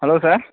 hello sir